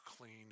clean